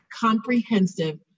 comprehensive